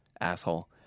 asshole